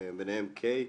ביניהם: קיי,